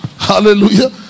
hallelujah